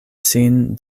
sin